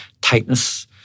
tightness